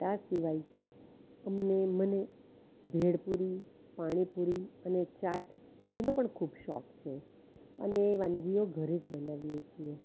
આ સિવાય અમને મને ભેળ પૂરી પાણી પૂરી અને ચાટ એનો પણ ખૂબ શોખ છે અને એ વાનગીઓ ઘરે જ બનાવીએ છીએ